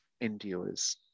endures